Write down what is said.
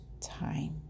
time